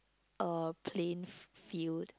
uh plain field